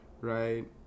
right